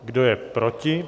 Kdo je proti?